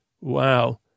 Wow